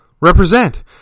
represent